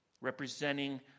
representing